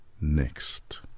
next